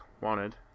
wanted